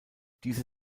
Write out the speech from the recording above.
diese